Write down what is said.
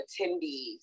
attendees